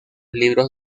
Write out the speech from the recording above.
libros